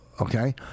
Okay